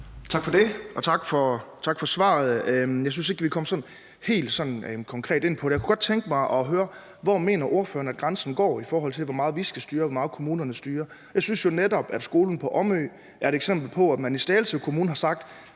Tak for det. Og tak for svaret. Jeg synes ikke, vi kom helt konkret ind på det, jeg spurgte om. Jeg kunne godt tænke mig at høre: Hvor mener ordføreren at grænsen går, i forhold til hvor meget vi skal styre, og hvor meget kommunerne styrer? Jeg synes jo netop, at skolen på Omø er et eksempel på, at man i Slagelse Kommune har sagt: